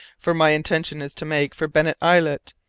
for my intention is to make for bennet islet.